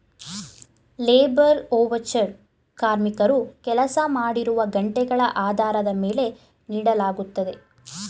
labour voucher ಕಾರ್ಮಿಕರು ಕೆಲಸ ಮಾಡಿರುವ ಗಂಟೆಗಳ ಆಧಾರದ ಮೇಲೆ ನೀಡಲಾಗುತ್ತದೆ